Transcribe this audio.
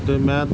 ਅਤੇ ਮੈਂ